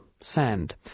sand